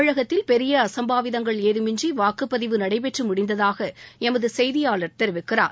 தமிழகத்தில் பெரிய அசம்பாவிதங்கள் ஏதமின்றி வாக்குப்பதிவு நடைபெற்று முடிந்ததாக எமது செய்தியாளர் தெரிவிக்கிறார்